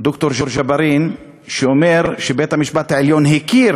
ד"ר ג'בארין, שאומר, שבית-המשפט העליון הכיר